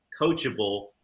coachable